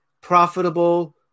profitable